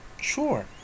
Sure